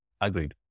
Agreed